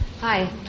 Hi